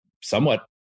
somewhat